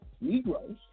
Negroes